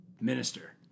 minister